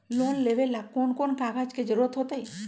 Loan लेवेला कौन कौन कागज के जरूरत होतई?